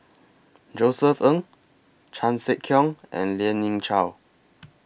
Josef Ng Chan Sek Keong and Lien Ying Chow